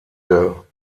der